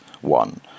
one